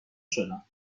شدم